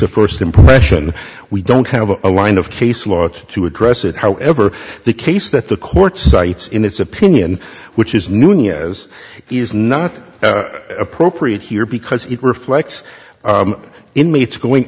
of first impression we don't have a line of case law to address it however the case that the court cites in its opinion which is new nias is not appropriate here because it reflects the inmates going